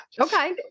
Okay